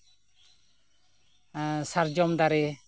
ᱥᱟᱨᱡᱚᱢ ᱫᱟᱨᱮ